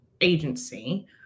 agency